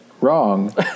wrong